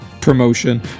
promotion